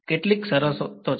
કેટલી શરતો છે